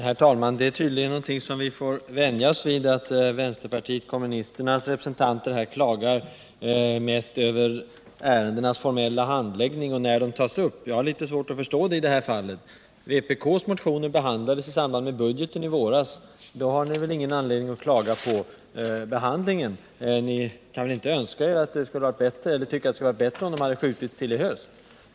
Herr talman! Vi får tydligen vänja oss vid att vänsterpartiet kommunisternas representanter klagar över ärendenas formella handläggning och när de tas upp. Jag har litet svårt att förstå klagomålen i det här fallet. Vpk:s motioner behandlades i samband med budgeten i våras. Då har ni väl ingen anledning att klaga på behandlingen. Ni kan väl inte tycka att det hade varit bättre om de hade skjutits till i höst.